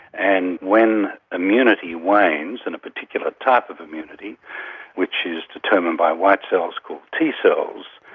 and when immunity wanes and a particular type of immunity which is determined by white cells called t cells,